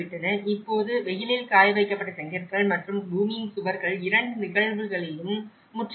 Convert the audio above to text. இப்போது வெயிலில் காயவைக்கப்பட்ட செங்கற்கள் மற்றும் பூமியின் சுவர்கள் இரண்டு நிகழ்வுகளிலும் முற்றிலும் இல்லை